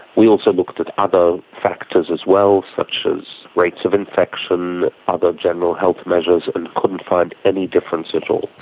we also looked at other factors as well such as rates of infection, other general health measures and couldn't find any difference at all.